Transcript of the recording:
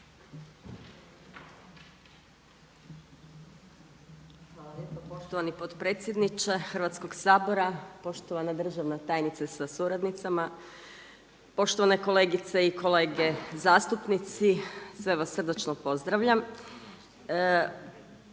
Hvala lijepo poštovani potpredsjedniče Hrvatskog sabora. Poštovana državna tajnice sa suradnicama, poštovane kolegice i kolege zastupnici, sve vas srdačno pozdravljam.